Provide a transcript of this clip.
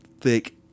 thick